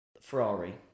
Ferrari